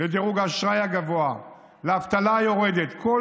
ודירוג האשראי הגבוה, האבטלה היורדת.